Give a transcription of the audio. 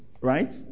right